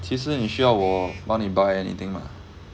其实你需要我帮你 buy anything mah